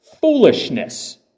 Foolishness